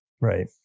right